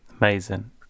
Amazing